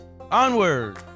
onward